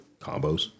Combos